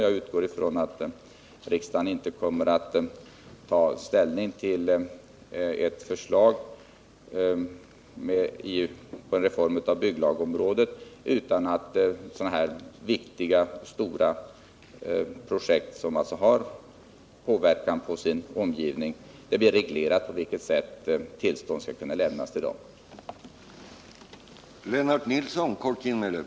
Jag utgår från att riksdagen inte kommer att ta ställning till förslag om en reform på bygglagområdet utan att samtidigt reglera på vilket sätt tillstånd skall kunna lämnas till viktiga och stora projekt som påverkar sin omgivning.